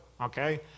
okay